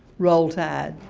roll tide!